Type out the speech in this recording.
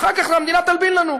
ואחר כך המדינה תלבין לנו.